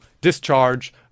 discharge